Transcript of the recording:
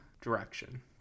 direction